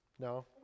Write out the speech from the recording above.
No